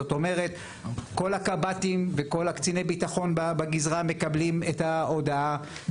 זאת אומרת כל הקב"טים וכל קציני הביטחון בגזרה מקבלים את ההודעה,